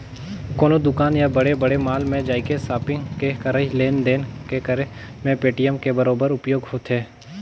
कोनो दुकान या बड़े बड़े मॉल में जायके सापिग के करई लेन देन के करे मे पेटीएम के बरोबर उपयोग होथे